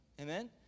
Amen